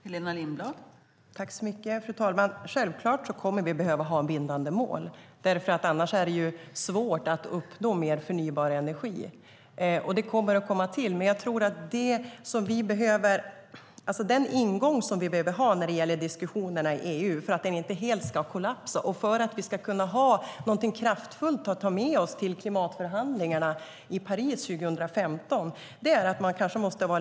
Fru talman! Självklart kommer vi att behöva ha bindande mål. Annars är det svårt att uppnå mer förnybar energi. Det kommer att komma till. Men jag tror att man kanske måste vara lite smidig när man går in i diskussionerna i EU för att det inte helt ska kollapsa och för att vi ska kunna ha någonting kraftfullt att ta med oss till klimatförhandlingarna i Paris 2015.